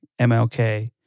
MLK